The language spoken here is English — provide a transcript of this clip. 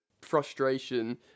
Frustration